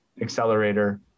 accelerator